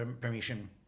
permission